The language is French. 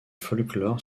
folklore